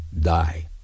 die